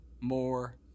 more